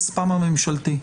מצד שני,